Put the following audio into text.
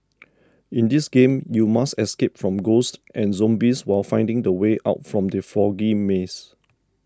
in this game you must escape from ghosts and zombies while finding the way out from the foggy maze